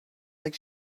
like